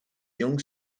young